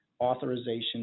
authorization